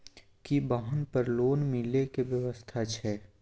की वाहन पर लोन मिले के व्यवस्था छै?